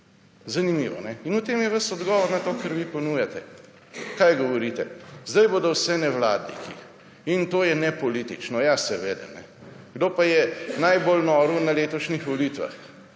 Zanimivo, ne? In v tem je ves odgovor na to, kar vi ponujate. Kaj govorite? Zdaj bodo vse nevladniki. In to je nepolitično. Ja, seveda! Kdo pa je najbolj norel na letošnjih volitvah?